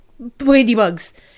ladybugs